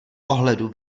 ohledu